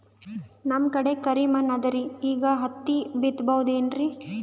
ನಮ್ ಕಡೆ ಕರಿ ಮಣ್ಣು ಅದರಿ, ಈಗ ಹತ್ತಿ ಬಿತ್ತಬಹುದು ಏನ್ರೀ?